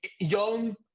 young